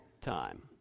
time